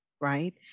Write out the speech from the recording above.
right